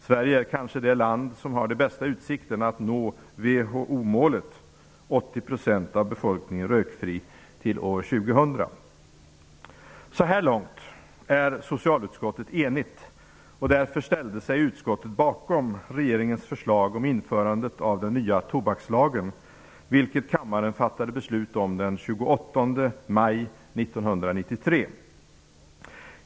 Sverige är kanske det land som har de bästa utsikterna att nå WHO-målet 80 % av befolkningen rökfri till år Så här långt är socialutskottet enigt, och därför ställde sig utskottet bakom regeringens förslag om införandet av den nya tobakslagen, vilket kammaren fattade beslut om den 28 maj 1993.